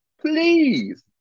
Please